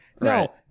No